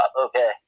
Okay